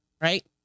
Right